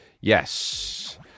yes